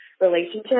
relationship